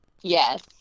Yes